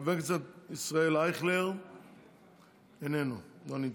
חבר הכנסת ישראל אייכלר, איננו, לא נמצא.